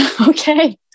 Okay